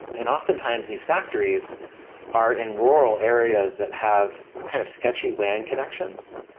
and oftentimes, these factories are in rural areas that have kind of sketchy wan connections.